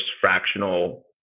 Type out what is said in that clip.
fractional